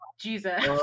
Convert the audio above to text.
jesus